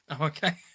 okay